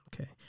okay